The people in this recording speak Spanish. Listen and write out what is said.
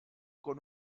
con